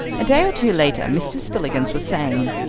a day or two later mr. spillikins was saying,